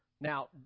Now